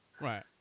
Right